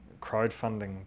crowdfunding